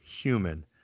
human